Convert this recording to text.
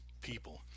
people